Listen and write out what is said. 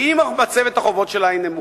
ואם מצבת החובות שלה היא נמוכה,